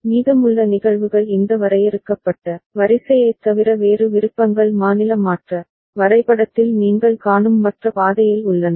மீதமுள்ள நிகழ்வுகள் இந்த வரையறுக்கப்பட்ட வரிசையைத் தவிர வேறு விருப்பங்கள் மாநில மாற்ற வரைபடத்தில் நீங்கள் காணும் மற்ற பாதையில் உள்ளன